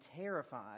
terrified